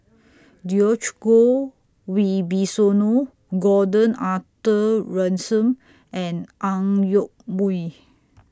Djoko Wibisono Gordon Arthur Ransome and Ang Yoke Mooi